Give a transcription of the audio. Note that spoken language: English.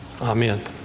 Amen